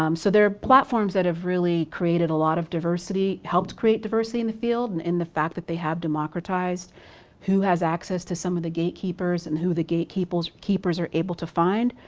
um so there are platforms that have really created a lot of diversity, helped create diversity in the field, and in the fact that they have democratized who has access to some of the gatekeepers and who the gatekeepers gatekeepers are able to find.